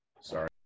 Sorry